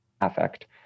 affect